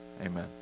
Amen